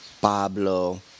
Pablo